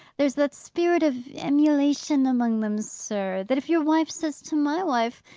there's that spirit of emulation among em, sir, that if your wife says to my wife,